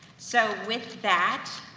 so with that,